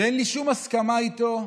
שאין לי שום הסכמה איתו,